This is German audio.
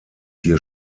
hier